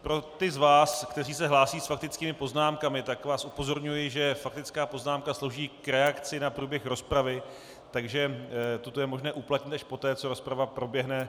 Pro ty z vás, kteří se hlásí s faktickými poznámkami, tak vás upozorňuji, že faktická poznámka slouží k reakci na průběh rozpravy, takže tuto je možné uplatnit až poté, co rozprava proběhne.